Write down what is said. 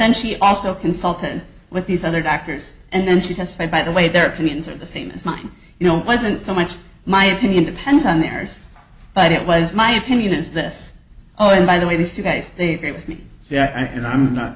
then she also consulted with these other doctors and then she testified by the way their opinions are the same as mine you know wasn't so much my opinion depends on errors but it was my opinion is this oh and by the way these two guys they agree with me so yeah and i'm not